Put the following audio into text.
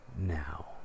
now